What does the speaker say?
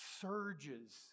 surges